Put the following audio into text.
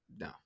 no